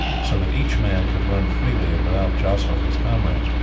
so that each man could run freely and without jostling his comrades.